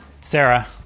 Sarah